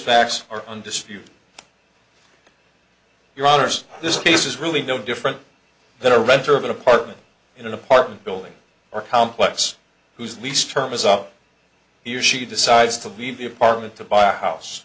facts are undisputed your honour's this case is really no different than a renter of an apartment in an apartment building or complex whose lease term is up he or she decides to leave the apartment to buy a house